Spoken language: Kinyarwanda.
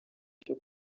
cyo